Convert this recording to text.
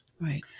Right